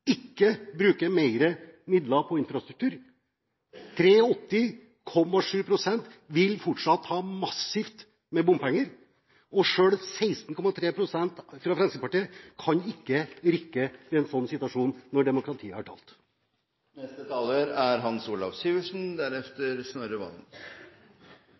ikke bruke mer midler på infrastruktur. 83,7 pst. vil fortsatt ha bompenger. Og selv 16,3 pst. fra Fremskrittspartiet kan ikke rikke ved en sånn situasjon når demokratiet har